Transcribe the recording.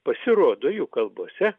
pasirodo jų kalbose